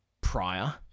prior